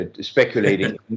speculating